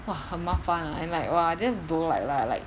!wah! 很麻烦 ah and like !wah! I just don't like lah like